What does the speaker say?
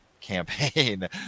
campaign